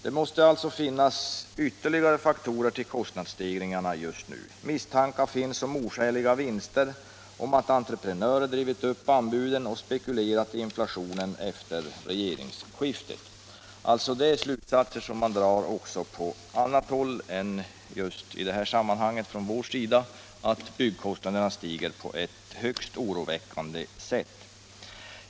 Det måste alltså finnas ytterligare faktorer till kostnadsstegringen just nu. Misstankar finns om oskäliga vinster, om att entreprenörer drivit upp anbuden och spekulerat i inflationen efter regeringsskiftet.” Det är slutsatser som man drar också på annat håll och inte bara från vår sida, nämligen att byggkostnaderna stiger på ett högst oroväckande sätt.